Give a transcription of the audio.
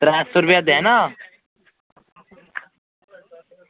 त्रैऽ सौ रपेआ देना